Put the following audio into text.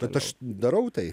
bet aš darau tai